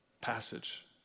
passage